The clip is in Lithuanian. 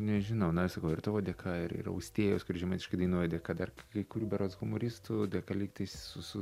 nežinau na aš sakau ir tavo dėka ir ir austėjos žemaitiškai dainuoja dėka dar kai kurių berods humoristų dėka lyg tais su su